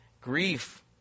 Grief